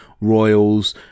royals